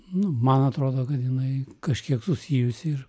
nu man atrodo kad jinai kažkiek susijusi ir